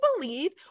believe